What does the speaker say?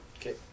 Okay